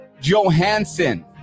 Johansson